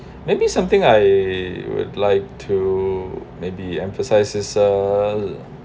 maybe something I would like to maybe emphasise is a